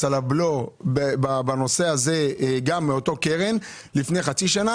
על הבלו בנושא הזה גם מאותה קרן לפני חצי שנה.